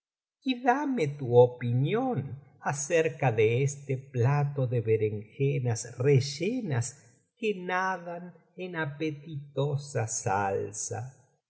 y dame tu opinión acerca de este plato de berenjenas rellenas que nadan en apetitosa salsa mi